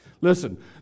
Listen